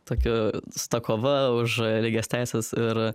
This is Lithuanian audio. tokiu su ta kova už lygias teises ir